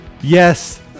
Yes